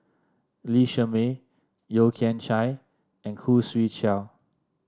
Lee Shermay Yeo Kian Chye and Khoo Swee Chiow